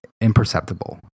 imperceptible